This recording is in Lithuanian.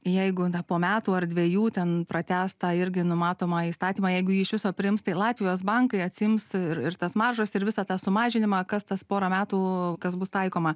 jeigu po metų ar dvejų ten pratęs tą irgi numatomą įstatymą jeigu jį iš viso priims tai latvijos bankai atsiims ir ir tas maržas ir visą tą sumažinimą kas tas porą metų kas bus taikoma